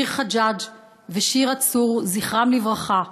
שיר חג'אג' ושירה צור, זכרם לברכה.